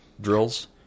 drills